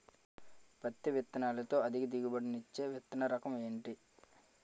పత్తి విత్తనాలతో అధిక దిగుబడి నిచ్చే విత్తన రకం ఏంటి?